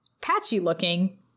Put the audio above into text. patchy-looking